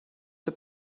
the